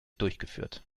durchgeführt